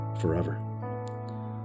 forever